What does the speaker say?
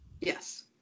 Yes